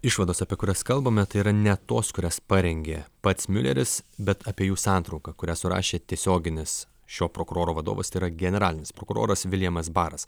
išvados apie kurias kalbame tai yra ne tos kurias parengė pats miuleris bet apie jų santrauką kurią surašė tiesioginis šio prokuroro vadovas tai yra generalinis prokuroras viljamas baras